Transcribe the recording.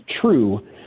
true